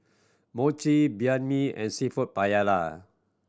Mochi Banh Mi and Seafood Paella